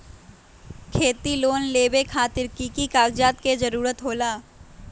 खेती लोन लेबे खातिर की की कागजात के जरूरत होला?